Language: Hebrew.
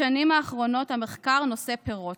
בשנים האחרונות המחקר נושא פירות,